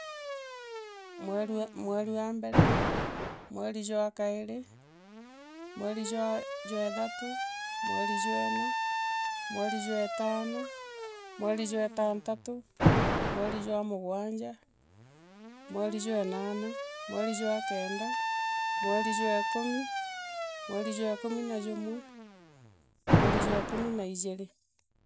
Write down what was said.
mweri a mweri oambere, mweri jwa kairi mweri jwaa jwa ithatu mweri jwa ina mweri jwa itano mweri jwa itantatu, mweri jwa mugwanja mweri uwa inana mweri jwa kenda mweri jwa ikumi, mweri jwa ikumi na jumwa mweri jwa ikumi na ijiri.